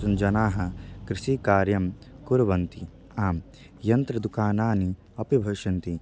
जनाः कृषिकार्यं कुर्वन्ति आं यन्त्रदुकानानि अपि भविष्यन्ति